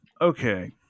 Okay